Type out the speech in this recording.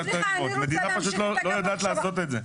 --- המדינה פשוט לא יודעת לעשות את זה.